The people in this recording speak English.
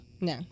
No